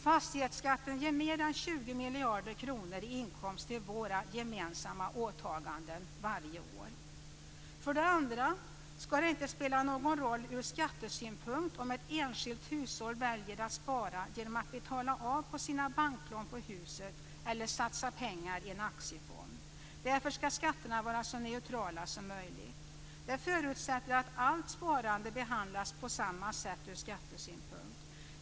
Fastighetsskatten ger mer än 20 miljarder kronor i inkomst till våra gemensamma åtaganden varje år. Dessutom ska det inte spela någon roll ur skattesynpunkt om ett enskilt hushåll väljer att spara genom att betala av sina banklån på huset eller genom att satsa pengar i en aktiefond. Därför ska skatterna vara så neutrala som möjligt. Det förutsätter att allt sparande behandlas på samma sätt ur skattesynpunkt.